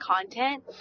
content